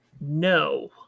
no